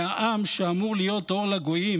מהעם שאמור להיות אור לגויים,